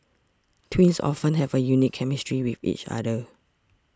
twins often have a unique chemistry with each other